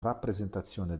rappresentazione